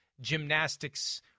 gymnastics